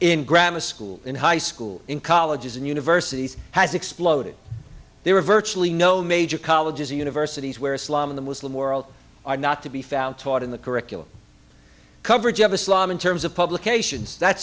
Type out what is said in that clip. in grammar school and high school in colleges and universities has exploded there are virtually no major colleges or universities where islam in the muslim world are not to be found taught in the curriculum coverage of islam in terms of publications that